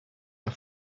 are